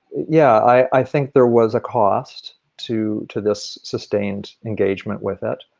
yeah i think there was a cost to to this sustained engagement with it.